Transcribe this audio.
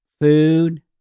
food